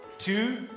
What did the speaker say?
Two